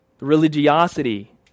religiosity